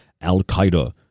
Al-Qaeda